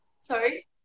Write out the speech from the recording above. Sorry